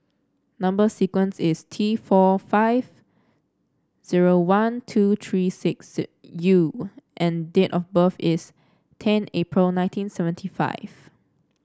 number sequence is T four five zero one two three six U and date of birth is ten April nineteen seventy five